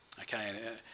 Okay